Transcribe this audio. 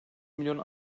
milyon